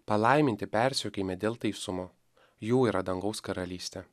palaiminti persekiojami dėl teisumo jų yra dangaus karalystė